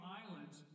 islands